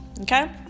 okay